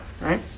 right